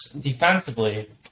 defensively